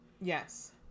Yes